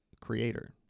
creator